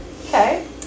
Okay